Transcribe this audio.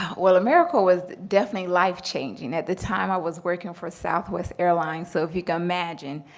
wow, well, americorps was definitely life changing. at the time i was working for southwest airlines. so, if you can imagine,